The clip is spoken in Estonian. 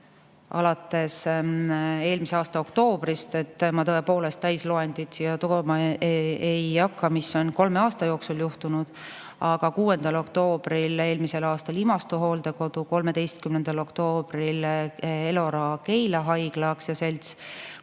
alates eelmise aasta oktoobrist, aga ma tõepoolest täisloendit siin ette lugema ei hakka, mis on kolme aasta jooksul juhtunud. Aga 6. oktoobril eelmisel aastal Imastu Hooldekodu, 13. oktoobril Elora Keila Haigla Aktsiaselts, 13.